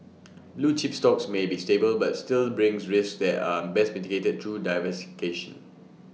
blue chip stocks may be stable but still brings risks that are best mitigated through